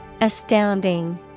Astounding